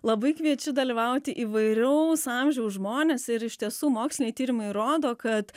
labai kviečiu dalyvauti įvairaus amžiaus žmones ir iš tiesų moksliniai tyrimai rodo kad